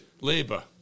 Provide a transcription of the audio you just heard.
labour